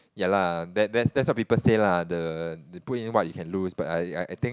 ya lah that's that's what people say lah put in what you can lose but I I I think